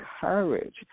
courage